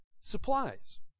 supplies